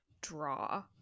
draw